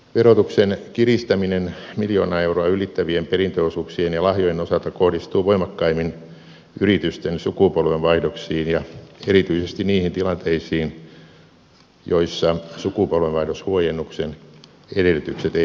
verotuksen kiristäminen miljoona euroa ylittävien perintöosuuksien ja lahjojen osalta kohdistuu voimakkaimmin yritysten sukupolvenvaihdoksiin ja erityisesti niihin tilanteisiin joissa sukupolvenvaih doshuojennuksen edellytykset eivät täyty